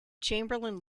chamberlain